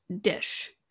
Dish